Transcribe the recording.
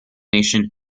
nation